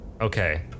Okay